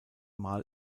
mal